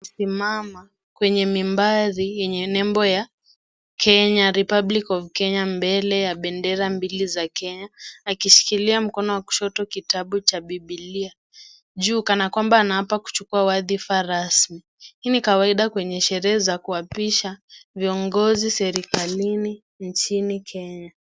Amesimama kwenye mimbazi yenye nembo ya Kenya Republic of Kenya mbele ya bendera mbili za Kenya akishikilia mkono wa kushoto kitabu cha Biblia juu kana kwamba anaapa kuchukua wadhifa rasmi hii ni kawaida kwenye sherehe za kuapisha viongozi serikalini nchini Kenya.